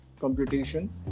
computation